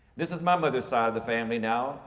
this is my mother's side of the family now.